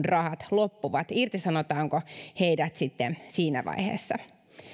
rahat loppuvat irtisanotaanko heidät sitten siinä vaiheessa